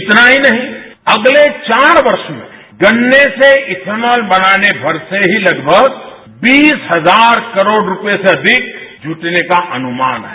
इतना ही नहीं अगले चार वर्षो में गन्ने से इथेनॉल बनाने भर से ही लगभग बीस हजार करोड़ रूपयेसे अधिक जुटने का अनुमान है